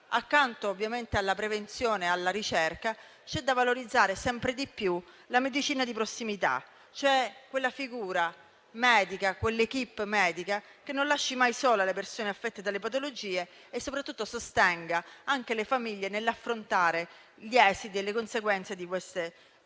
Accanto poi alla prevenzione e alla ricerca, c'è da valorizzare sempre di più la medicina di prossimità, affinché l'équipe medica non lasci mai sole le persone affette da patologie e soprattutto sostenga anche le famiglie nell'affrontare gli esiti e le conseguenze di tali